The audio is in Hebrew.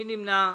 מי נמנע?